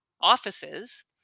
offices